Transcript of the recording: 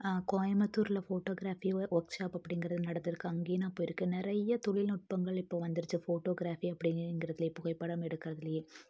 கோயமுத்துரில் photography workshop அப்படிங்கிறது நடந்துருக்குது அங்கேயும் நான் போயிருக்கேன் நிறைய தொழில்நுட்பங்கள் இப்போ வந்துருச்சி ஃபோட்டோகிராஃபி அப்படிங்கிறதுலையே புகைப்படம் எடுக்கறதுலேயே